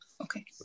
Okay